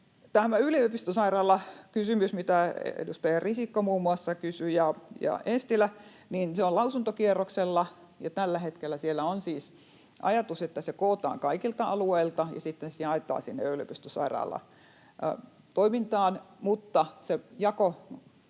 yliopistosairaalakysymys, mitä muun muassa edustajat Risikko ja Eestilä kysyivät, on lausuntokierroksella, ja tällä hetkellä siellä on siis ajatus, että se kootaan kaikilta alueilta ja sitten se jaetaan sinne yliopistosairaalatoimintaan.